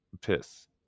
Piss